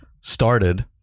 started